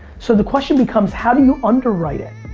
so the question becomes how do you underwrite it?